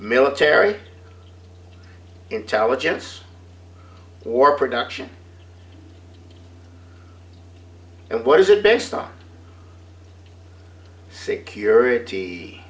military intelligence war production and what is it based on security